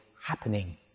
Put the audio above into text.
happening